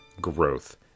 growth